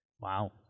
Wow